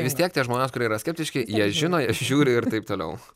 vis tiek tie žmonės kurie yra skeptiški jie žino jie žiūri ir taip toliau